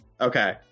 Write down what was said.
Okay